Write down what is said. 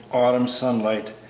autumn sunlight,